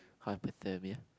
hypothermia